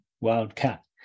Wildcat